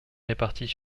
répartis